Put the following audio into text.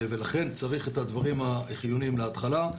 ולכן צריך את הדברים החיוניים להתחלה,